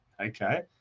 Okay